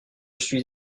suis